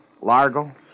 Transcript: Largo